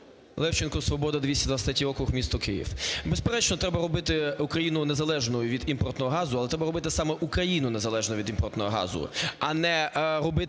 Левченко, "Свобода", 223-й округ місто Київ. Безперечно, треба робити Україну незалежною від імпортного газу, але треба робити саме Україну незалежною від імпортного газу, а не робити